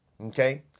Okay